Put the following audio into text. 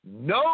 no